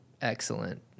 excellent